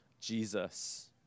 Jesus